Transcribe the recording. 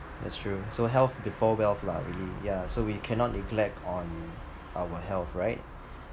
that's true so health before wealth lah really yeah so we cannot neglect on our health right